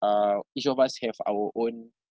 uh each of us have our own